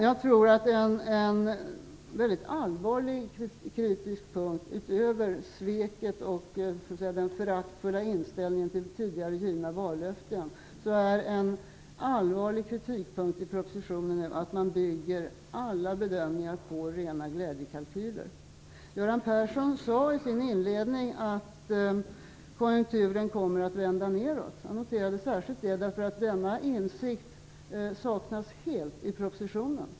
Jag tror att en väldigt allvarlig punkt att vara kritisk mot i propositionen utöver sveket och den föraktfulla inställningen till tidigare givna vallöften är att man bygger alla bedömningar på rena glädjekalkyler. Göran Persson sade i sin inledning att konjunkturen kommer att vända nedåt. Jag noterade detta särskilt, därför att denna insikt helt saknas i propositionen.